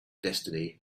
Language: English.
destiny